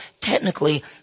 technically